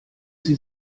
sie